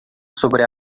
sobre